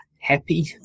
happy